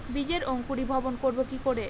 বীজের অঙ্কুরিভবন করব কি করে?